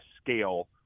scale